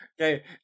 Okay